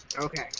Okay